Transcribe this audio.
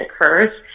occurs